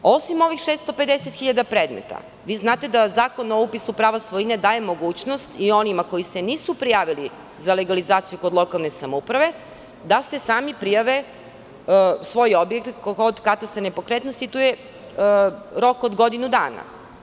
Dakle, osim ovih 650 hiljada predmeta, vi znate da Zakon o upisu prava svojine daje mogućnost i onima koji se nisu prijavili za legalizaciju kod lokalne samouprave, da se sami prijave, svoj objekat kod katastra nepokretnosti i tu je rok od godinu dana.